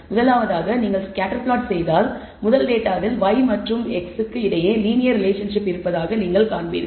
முதலாவதாக நீங்கள் scatter plot செய்தால் முதல் டேட்டாவில் y மற்றும் x க்கு இடையே லீனியர் ரிலேஷன்ஷிப் இருப்பதாக நீங்கள் காண்பீர்கள்